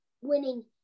winning